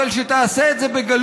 אבל שתעשה את זה בגלוי.